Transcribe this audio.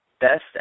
Best